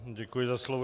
Děkuji za slovo.